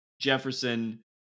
Jefferson